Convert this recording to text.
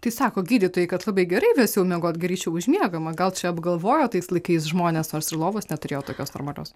tai sako gydytojai kad labai gerai vėsiau miegot greičiau užmiegama gal čia apgalvojo tais laikais žmonės nors ir lovos neturėjo tokios normalios